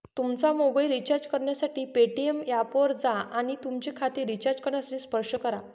तुमचा mobile recharge करण्यासाठी Paytm ऐपवर जा आणि तुमचे खाते रिचार्ज करण्यासाठी स्पर्श करा